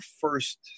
first